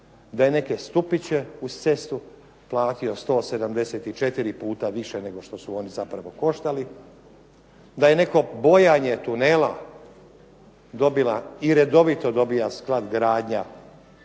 da je nekakve stupiće uz cestu platio 174 puta više nego što su oni zapravo koštali, da je neko bojanje tunela dobila i redovito dobija "Sklad gradnja"